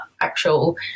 actual